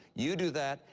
you do that,